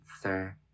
sir